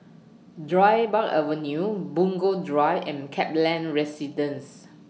Dryburgh Avenue Punggol Drive and Kaplan Residence